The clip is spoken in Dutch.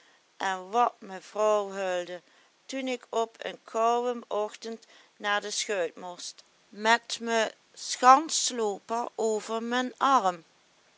en wat me vrouw huilde toen ik op en kouën ochtend na de schuit most met me schanslooper over men arm